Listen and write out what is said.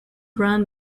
run